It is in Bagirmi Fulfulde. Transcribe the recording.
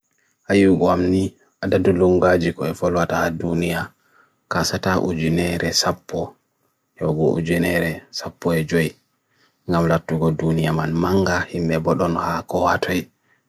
Hayu gwamni adadulunga jiko e folwata adunia kasata ujinehre sabpo, yogo ujinehre sabpo e jwey, ngamlata ugo dunia man manga hime bolo noha kohatre.